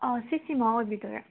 ꯑ ꯁꯤ ꯁꯤꯃꯥ ꯑꯣꯏꯕꯤꯗꯣꯏꯔꯥ